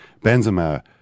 Benzema